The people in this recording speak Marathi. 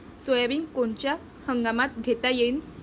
सोयाबिन कोनच्या हंगामात घेता येईन?